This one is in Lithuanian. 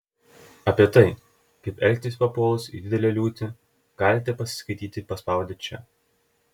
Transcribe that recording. apie tai kaip elgtis papuolus į didelę liūtį galite pasiskaityti paspaudę čia